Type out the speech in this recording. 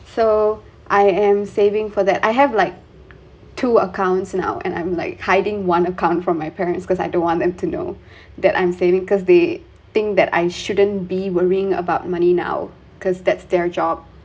so I am saving for that I have like two accounts and I'll and I'm like hiding one account from my parents because I don't want them to know that I'm saving because they think that I shouldn't be worrying about money now because that's their job